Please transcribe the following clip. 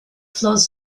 flows